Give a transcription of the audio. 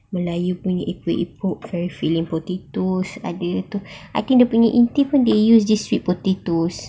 melayu punya epok-epok very filling potato ada tu I think dia punya inti pun they use these sweet potatoes